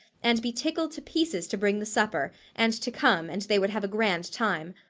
and be tickled to pieces to bring the supper, and to come, and they would have a grand time.